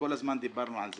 וכל הזמן דיברנו על זה.